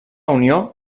unió